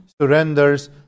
surrenders